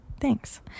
Thanks